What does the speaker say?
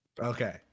Okay